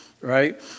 right